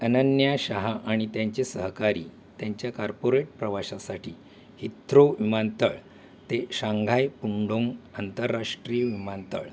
अनन्या शहा आणि त्यांचे सहकारी त्यांच्या कार्पोरेट प्रवासासाठी हिथ्थ्रो विमानतळ ते शांघाय पुंडोंग आंतरराष्ट्रीय विमानतळ